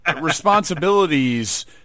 responsibilities